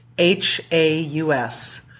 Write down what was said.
H-A-U-S